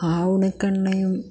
ആവണക്കണ്ണയും